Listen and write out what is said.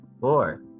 Four